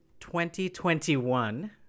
2021